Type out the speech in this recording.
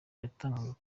yatangwaga